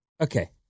Okay